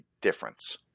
difference